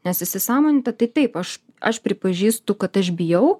nes įsisąmoninta tai taip aš aš pripažįstu kad aš bijau